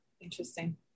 Interesting